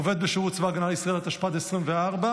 (עובד בשירות צבא הגנה לישראל), התשפ"ד 2024,